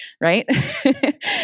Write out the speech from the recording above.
right